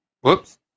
Whoops